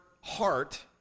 heart